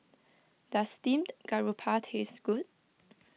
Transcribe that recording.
does Steamed Garoupa taste good